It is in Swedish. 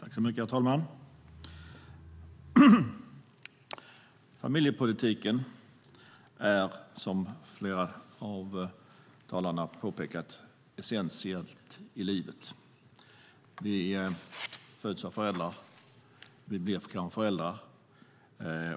Herr talman! Familjepolitiken är, som flera av talarna påpekat, essentiell i livet. Vi föds av föräldrar, och vi blir kanske föräldrar. Vi